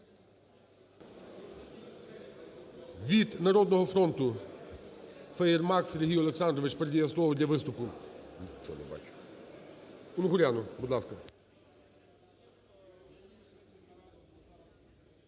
Від "Народного фронту" Фаєрмарк Сергій Олександрович передає слово для виступу Унгуряну. Будь ласка.